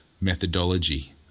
methodology